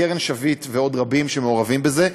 קרן שביט ועוד רבים שמעורבים בזה.